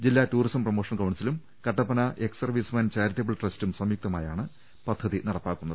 ജില്ലാ tourism promotion കൌൺസിലും Kattappana ex servicemen charitable ട്രസ്റ്റും സംയുക്തമായാണ് പദ്ധതി നടപ്പാക്കുന്നത്